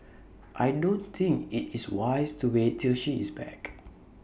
I don't think IT is wise to wait till she is back